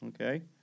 Okay